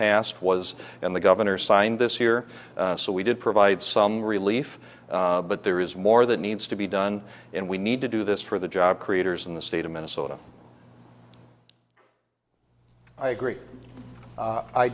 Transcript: passed was and the governor signed this year so we did provide some relief but there is more that needs to be done and we need to do this for the job creators in the state of minnesota i agree